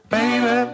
Baby